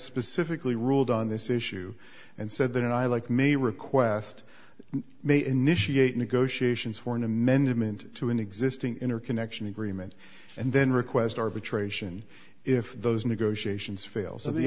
specifically ruled on this issue and said that i like may request may initiate negotiations for an amendment to an existing interconnection agreement and then request arbitration if those negotiations fail so the